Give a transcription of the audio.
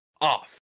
off